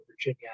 Virginia